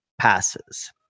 passes